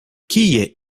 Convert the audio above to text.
kie